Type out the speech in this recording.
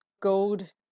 gold